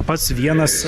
pats vienas